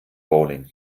bowling